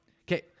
Okay